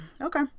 okay